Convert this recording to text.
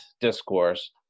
discourse